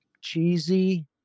Cheesy